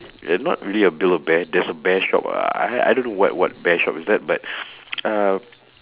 and not really a build of bear there's a bear shop ah I I don't know what what bear shop is that but uh